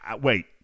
Wait